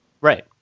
Right